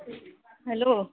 hello